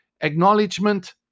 acknowledgement